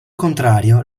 contrario